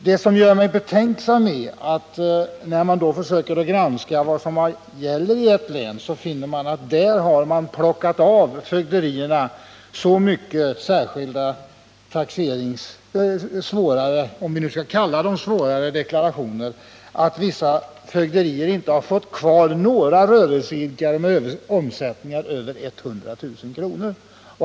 Det som gör mig betänksam är att det vid en granskning av vad som gäller i ett län visar sig att man har plockat av fögderierna så många särskilt svårkontrollerade deklarationer — om vi nu skall kalla dem så — att vissa fögderier inte har fått kvar några rörelseidkare med omsättning över 100 000 kr.